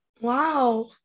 wow